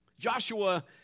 Joshua